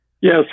Yes